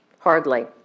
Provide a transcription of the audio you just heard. Hardly